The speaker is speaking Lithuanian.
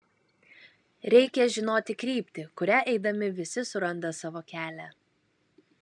reikia žinoti kryptį kuria eidami visi suranda savo kelią